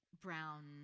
brown